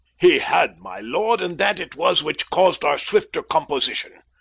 he had, my lord and that it was which caus'd our swifter composition.